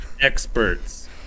Experts